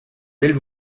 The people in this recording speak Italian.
del